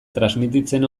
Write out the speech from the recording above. transmititzen